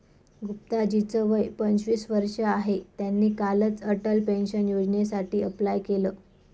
गुप्ता जी च वय पंचवीस वर्ष आहे, त्यांनी कालच अटल पेन्शन योजनेसाठी अप्लाय केलं